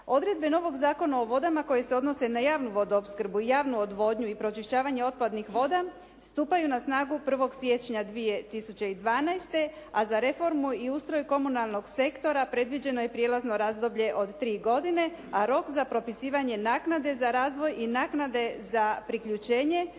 Odredbe novog Zakona o vodama koji se odnosi na javnu vodoopskrbu, javnu odvodnju i pročišćavanje otpadnih voda stupaju na snagu 1. siječnja 2012., a za reformu i ustroj komunalnog sektora predviđeno je prijelazno razdoblje od tri godine, a rok za propisivanje naknade za razvoj i naknade za priključenje